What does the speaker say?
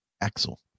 Axel